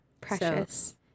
precious